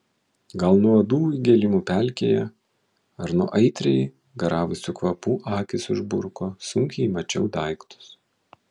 gal nuo uodų įgėlimų pelkėje ar nuo aitriai garavusių kvapų akys užburko sunkiai įmačiau daiktus